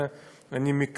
אני מדבר על זה,